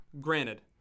Granted